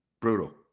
Brutal